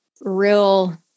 real